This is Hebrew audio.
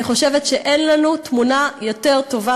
אני חושבת שאין לנו תמונה יותר טובה